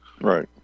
Right